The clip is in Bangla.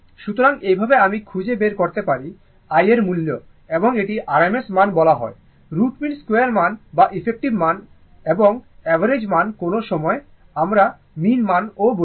সুতরাং এইভাবে আমি খুঁজে বের করতে পারি i এর মূল্য এবং এটি r m s মান বলা হয় root mean 2 মান বা ইফেক্টিভ মান এবং অ্যাভারেজ মান কখনও সময় আমরা মিন মান বলি